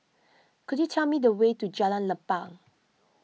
could you tell me the way to Jalan Lapang